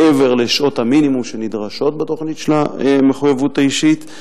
מעבר לשעות המינימום שנדרשות בתוכנית של המחויבות האישית.